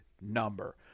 number